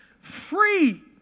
Free